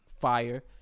fire